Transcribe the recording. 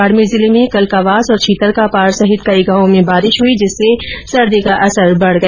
बाडमेर जिले में कल कवास और छीतर का पार सहित कई गांवो में बारिश हुई जिससे सर्दी का असर बढ गया